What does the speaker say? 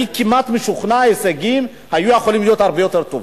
אני כמעט משוכנע שההישגים היו יכולים להיות הרבה יותר טובים.